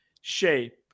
shape